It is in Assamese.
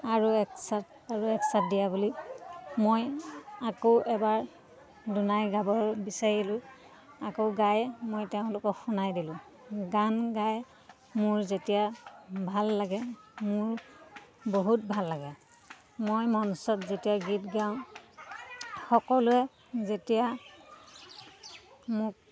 আৰু এক চ আৰু এক চাট দিয়া বুলি মই আকৌ এবাৰ দুনাই গাব বিচাৰিলোঁ আকৌ গাই মই তেওঁলোকক শুনাই দিলোঁ গান গাই মোৰ যেতিয়া ভাল লাগে মোৰ বহুত ভাল লাগে মই মঞ্চত যেতিয়া গীত গাওঁ সকলোৱে যেতিয়া মোক